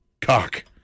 cock